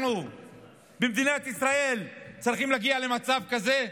אנחנו במדינת ישראל צריכים להגיע למצב כזה?